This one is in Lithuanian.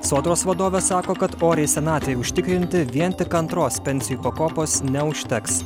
sodros vadovė sako kad oriai senatvei užtikrinti vien tik antros pensijų pakopos neužteks